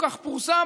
כך פורסם,